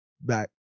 back